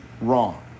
wrong